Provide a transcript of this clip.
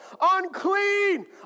unclean